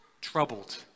Troubled